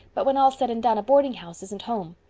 but, when all's said and done, a boardinghouse isn't home.